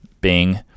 Bing